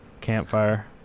Campfire